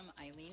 Eileen